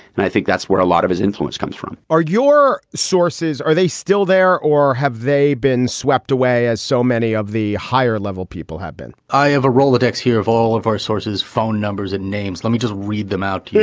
and i think that's where a lot of his influence comes from are your sources, are they still there or have they been swept away as so many of the higher level people have been? i have a rolodex here of all of our sources, phone numbers and names. let me just read them out to yeah